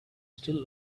still